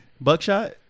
Buckshot